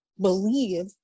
believe